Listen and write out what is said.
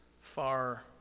far